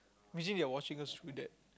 imagine they are watching us through that